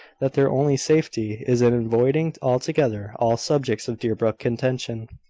that their only safety is in avoiding altogether all subjects of deerbrook contention.